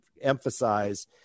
emphasize